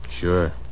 Sure